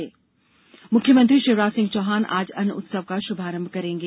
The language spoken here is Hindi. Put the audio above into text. अन्न उत्सव मुख्यमंत्री शिवराज सिंह चौहान आज अन्न उत्सव का शुभारंभ करेंगे